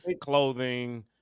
clothing